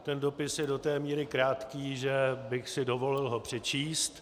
Ten dopis je do té míry krátký, že bych si dovolil ho přečíst.